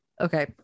Okay